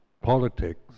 Politics